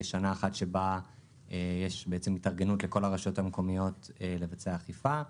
יש שנה אחת שבה יש התארגנות לכל הרשויות המקומיות לבצע אכיפה.